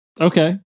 Okay